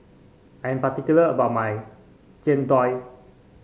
I am particular about my Jian Dui